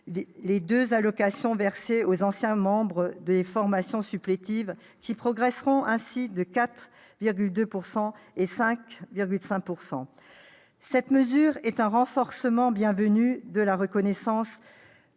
les deux allocations versées aux anciens membres des formations supplétives, allocations qui progresseront respectivement de 4,2 % et 5,5 %. Cette mesure est un renforcement bienvenu de la reconnaissance